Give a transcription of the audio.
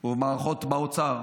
או המערכות באוצר,